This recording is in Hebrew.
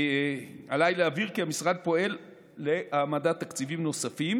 עליי להבהיר כי המשרד פועל להעמדת תקציבים נוספים,